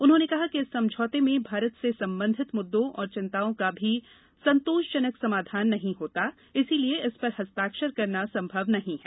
उन्होंने कहा कि इस समझौते में भारत से संबंधित मुद्दों और चिंताओं का भी संतोषजनक समाधान नहीं होता इसलिए इस पर हस्ताक्षर करना संभव नहीं है